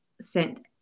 sent